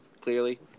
clearly